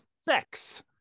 sex